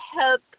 help